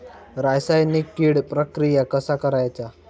रासायनिक कीड प्रक्रिया कसा करायचा?